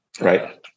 right